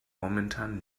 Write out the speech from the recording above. momentan